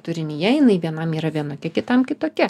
turinyje jinai vienam yra vienokia kitam kitokia